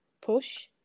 push